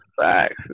facts